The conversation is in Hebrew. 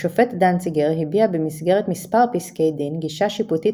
השופט דנציגר הביע במסגרת מספר פסקי דין גישה שיפוטית